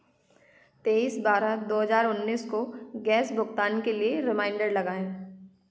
तेईस बारह दो हज़ार उन्नीस को गैस भुग्तान के लिए रिमाइंडर लगाएँ